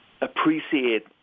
appreciate